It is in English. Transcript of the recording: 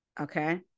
okay